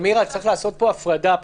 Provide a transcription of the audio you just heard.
מירה, צריך לעשות פה הפרדה.